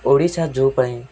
ଓଡ଼ିଶା ଯେଉଁ ପାଇଁ